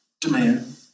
demand